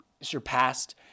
surpassed